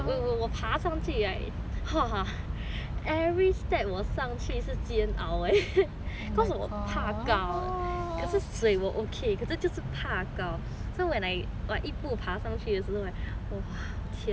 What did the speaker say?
very step 我上去是监狱 cause 我怕高可是水我 okay 可是就是怕高 so when I like 一步爬上去的时候天啊心脏 hor pop pop pop